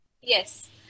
Yes